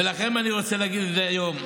ולכם אני רוצה להגיד היום,